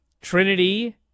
Trinity